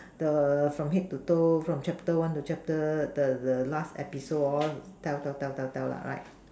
the from head to toe from chapter one to chapter the the last episode tell tell tell right